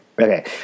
Okay